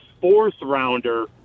fourth-rounder